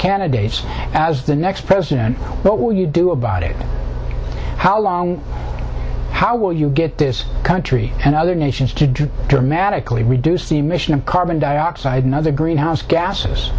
candidates as the next president what will you do about it how long how will you get this country and other nations to dramatically reduce the mission of carbon dioxide and other greenhouse gases